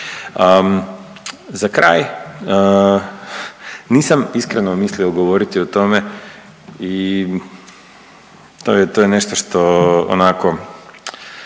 Za kraj, nisam iskreno mislio govoriti o tome i to je, to je nešto što onako